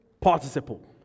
participle